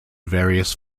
various